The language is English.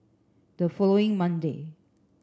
the following Monday